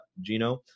Gino